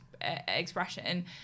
expression